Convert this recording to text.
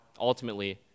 ultimately